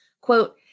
Quote